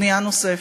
בנייה נוספת,